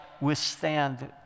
withstand